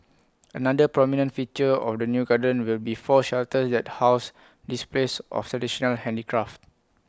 another prominent feature of the new garden will be four shelters that house displays of traditional handicraft